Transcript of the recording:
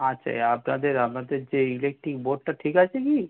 আচ্ছা এ আপনাদের আপনাদের যে ইলেকট্রিক বোর্ডটা ঠিক আছে কি